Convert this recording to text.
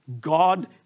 God